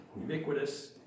ubiquitous